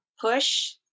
push